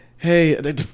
Hey